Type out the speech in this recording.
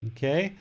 Okay